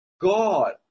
God